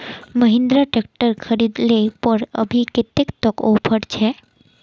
Mahindra tractor खरीद ले पर अभी कतेक तक ऑफर छे?